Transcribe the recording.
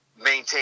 Maintain